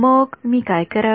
मग मी काय करावे